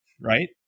right